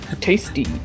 Tasty